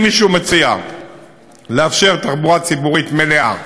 אם מישהו מציע לאפשר תחבורה ציבורית, מלאה,